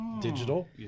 digital